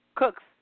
Cooks